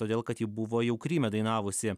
todėl kad ji buvo jau kryme dainavusi